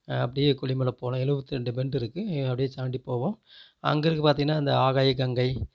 அப்படியே கொல்லி மலை போனா எழுபத்தி ரெண்டு பெண்டு இருக்கு அப்படியே தாண்டி போவோம் அங்கேருக்கு பார்த்தீங்கன்னா இந்த ஆகாய கங்கை